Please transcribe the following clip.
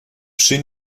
przy